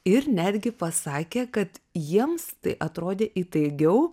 ir netgi pasakė kad jiems tai atrodė įtaigiau